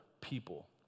people